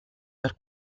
per